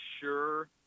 sure